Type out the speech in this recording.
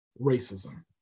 racism